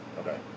Okay